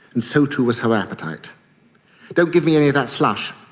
and so too was her appetite don't give me any of that slush!